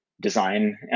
design